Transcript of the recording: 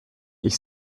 ich